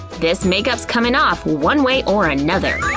this makeup's coming off one way or another.